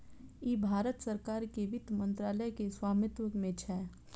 ई भारत सरकार के वित्त मंत्रालय के स्वामित्व मे छै